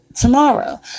tomorrow